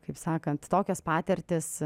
kaip sakant tokios patirtys